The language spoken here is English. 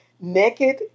Naked